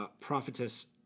prophetess